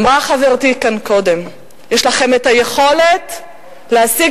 אמרה חברתי כאן קודם: יש לכם היכולת להשיג